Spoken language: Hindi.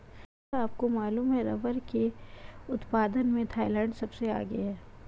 भैया आपको मालूम है रब्बर के उत्पादन में थाईलैंड सबसे आगे हैं